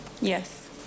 yes